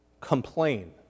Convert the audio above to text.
complain